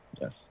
yes